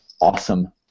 awesome